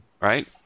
Right